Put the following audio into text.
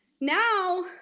Now